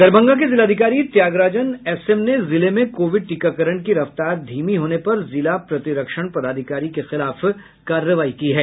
दरभंगा के जिलाधिकारी त्यागराजन एसएम ने जिले में कोविड टीकाकरण की रफ्तार धीमी होने पर जिला प्रतिरक्षण पदाधिकारी के खिलाफ कार्रवाई की है